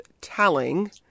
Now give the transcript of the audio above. telling